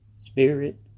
Spirit